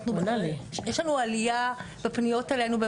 יש לנו עלייה בפניות אלינו,